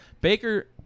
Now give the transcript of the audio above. Baker